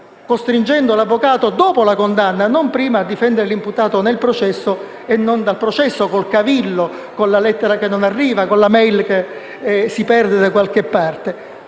costringendo l'avvocato dopo la condanna e non prima a difendere l'imputato nel processo e non dal processo, con il cavillo, con la lettera che non arriva, con la *mail* che si perde da qualche parte.